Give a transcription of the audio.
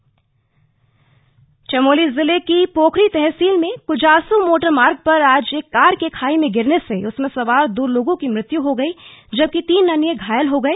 दुर्घटना चमोली जिले की पोखरी तहसील में क्जासू मोटर मार्ग पर आज एक कार के खाई में गिरने से उसमें सवार दो लोगों की मृत्यु हो गई जबकि तीन अन्य घायलों हो गए